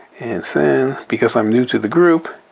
and send because i'm new to the group.